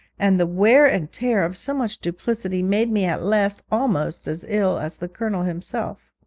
and the wear and tear of so much duplicity made me at last almost as ill as the colonel himself.